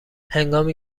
هنگامی